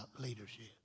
leadership